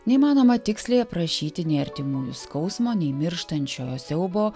neįmanoma tiksliai aprašyti nei artimųjų skausmo nei mirštančiojo siaubo